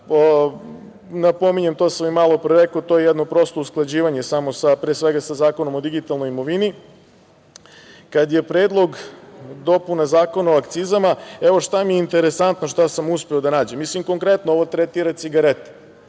Napominjem, to sam i malopre reko, to je jedno prosto usklađivanje, pre svega sa Zakonom o digitalnoj imovini. Kada je Predlog dopune Zakona o akcizama u pitanju, evo šta mi je interesantno, šta sam uspeo da nađem. Konkretno, ovo tretira cigarete